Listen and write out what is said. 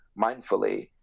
mindfully